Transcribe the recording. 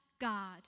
God